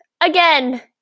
again